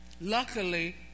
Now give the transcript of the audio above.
Luckily